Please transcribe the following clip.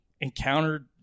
encountered